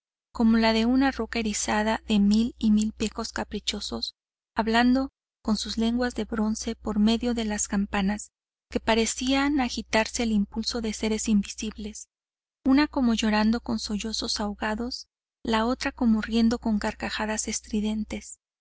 como la de una roca erizada de mil y mil picos caprichosos hablando con sus lenguas de bronce por medio de las campanas que parecían agitarse al impulso de seres invisibles una como llorando con sollozos ahogados la otra como riendo con carcajadas estridentes